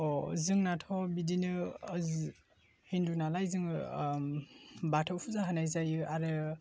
अ जोंनाथ' बिदिनो जों हिन्दु नालाय जोङो बाथौ फुजा होनाय जायो आरो